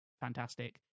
fantastic